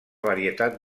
varietat